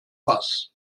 pass